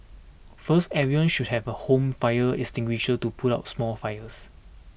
first everyone should have a home fire extinguisher to put out small fires